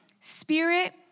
spirit